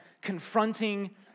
confronting